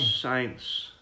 Saints